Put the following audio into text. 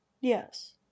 Yes